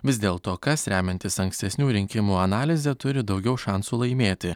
vis dėlto kas remiantis ankstesnių rinkimų analize turi daugiau šansų laimėti